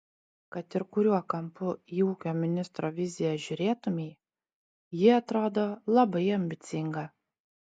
kad ir kuriuo kampu į ūkio ministro viziją žiūrėtumei ji atrodo labai ambicinga